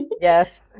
Yes